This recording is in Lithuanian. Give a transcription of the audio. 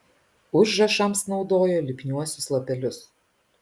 užrašams naudojo lipniuosius lapelius